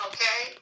Okay